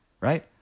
right